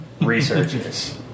researches